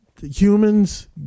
humans